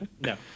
no